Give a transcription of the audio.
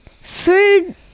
Food